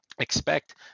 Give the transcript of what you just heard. expect